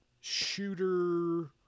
shooter